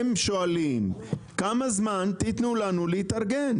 הם שואלים כמה זמן תתנו לנו להתארגן?